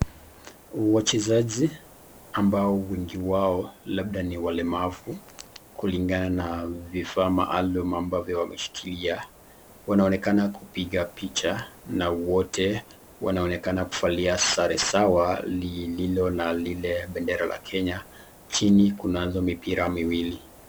Wachezaji ambao wengi wao labda ni walemavu kulingana na vifaa maalum ambavyo wameshikilia, wanaonekana kupiga picha na wote wanaonekana kuvalia sare zao ambavyo lililo na la bendera ya kenya, chini kuna mipira miwili.